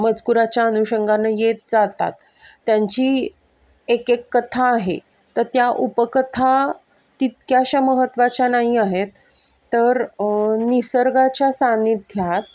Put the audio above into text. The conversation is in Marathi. मजकुराच्या अनुषंगानं येत जातात त्यांची एक एक कथा आहे तर त्या उपकथा तितक्याशा महत्वाच्या नाही आहेत तर निसर्गाच्या सानिध्यात